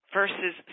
versus